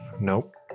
Nope